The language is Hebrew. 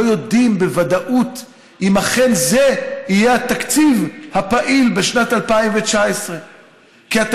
יודעים בוודאות אם אכן זה יהיה התקציב הפעיל בשנת 2019. כי אתה